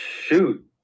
shoot